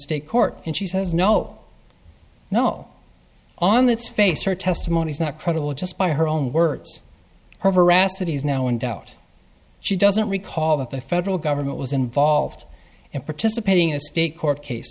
state court and she says no no on its face her testimony is not credible just by her own words her veracity is now in doubt she doesn't recall that the federal government was involved and participating in a state court case